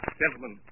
gentlemen